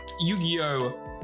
Yu-Gi-Oh